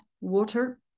water